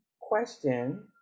question